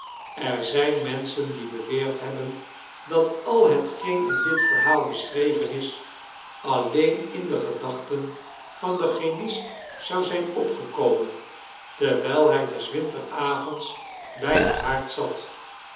er zijin menschen die beweerd hebben dat al hetgeetn in dit verhaal beschreven is alteen in de gedaohten van den chemist zou zijn opgekomeii terwijl hij dee wintersavonds bij den haard zat